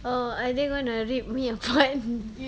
oh are they gonna rip me apart